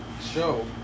show